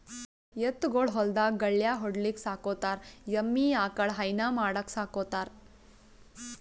ಎತ್ತ್ ಗೊಳ್ ಹೊಲ್ದಾಗ್ ಗಳ್ಯಾ ಹೊಡಿಲಿಕ್ಕ್ ಸಾಕೋತಾರ್ ಎಮ್ಮಿ ಆಕಳ್ ಹೈನಾ ಮಾಡಕ್ಕ್ ಸಾಕೋತಾರ್